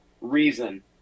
reason